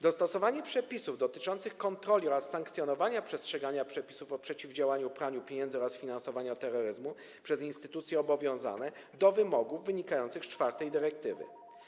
Dostosowanie przepisów dotyczących kontroli oraz sankcjonowania przestrzegania przepisów o przeciwdziałaniu praniu pieniędzy oraz finansowaniu terroryzmu przez instytucje obowiązane do wymogów wynikających z czwartej dyrektywy.